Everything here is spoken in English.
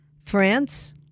France